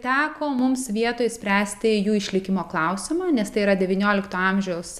teko mums vietoj spręsti jų išlikimo klausimą nes tai yra devyniolikto amžiaus